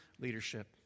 leadership